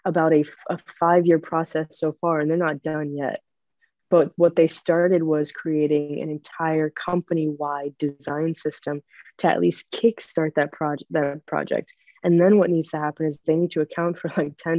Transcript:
about a five year process so far and they're not done yet but what they started was creating an entire company wide design system to at least kickstart that project and then what needs to happen is they need to account for